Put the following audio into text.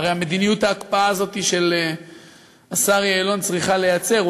הרי מדיניות ההקפאה הזאת של השר יעלון צריכה להיעצר.